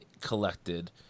collected